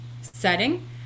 setting